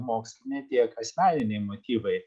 moksliniai tiek asmeniniai motyvai